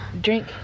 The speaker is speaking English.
Drink